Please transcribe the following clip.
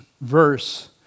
verse